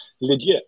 legit